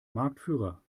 marktführer